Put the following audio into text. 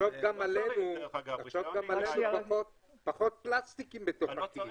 פחות פלסטיקים בתוך הכיס.